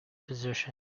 position